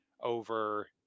over